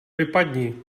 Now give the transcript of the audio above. vypadni